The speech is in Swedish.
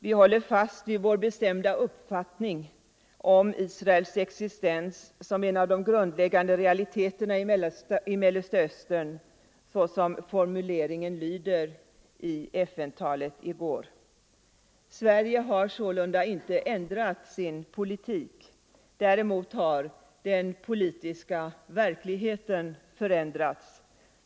Vi håller fast vid vår bestämda uppfattning om Israels existens som en av de grundläggande realiteterna i Mellersta Östern, som formuleringen lyder i FN talet. Sverige har sålunda inte ändrat sin politik — däremot har den politiska verkligheten förändrats.